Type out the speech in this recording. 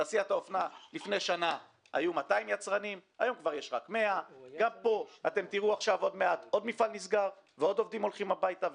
בתעשיית האופנה לפני שנה היו 200 יצרנים והיום יש כבר רק 100. גם פה תראו עוד מעט עוד מפעל נסגר ועוד עובדים הולכים הביתה,